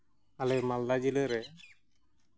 ᱟᱞᱮ ᱢᱟᱞᱫᱟ ᱡᱤᱞᱟᱹ ᱨᱮ